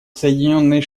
соединенные